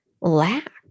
lack